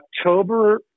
October